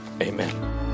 Amen